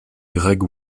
greg